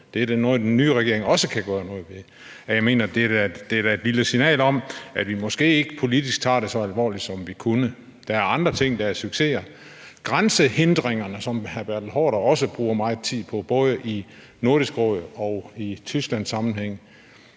det er noget, som også den nye regering kan gøre noget ved. Det er da et lille signal om, at vi måske ikke politisk tager det så alvorligt, som vi kunne. Der er andre ting, der er succeser. Med hensyn til grænsehindringerne, som hr. Bertel Haarder også bruger meget tid på, og det er både i Nordisk Råd og i Tysklandssammenhæng,